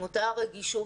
עם אותה רגישות,